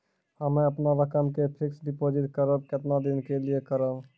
हम्मे अपन रकम के फिक्स्ड डिपोजिट करबऽ केतना दिन के लिए करबऽ?